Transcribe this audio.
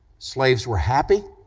slaves were happy,